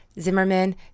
Zimmerman